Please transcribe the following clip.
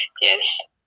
Yes